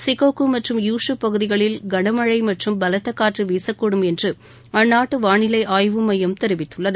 Shikoku மற்றும் Kyushu பகுதிகளில் களமழை மற்றும் பலத்த காற்று வீக்கூடும் என்று அந்நாட்டு வானிலை ஆய்வு மையம் தெரிவித்துள்ளது